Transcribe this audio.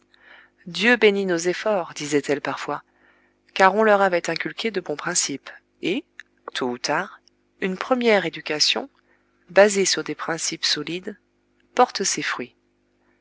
dieu bénit nos efforts disaient-elles parfois car on leur avait inculqué de bons principes et tôt ou tard une première éducation basée sur des principes solides porte ses fruits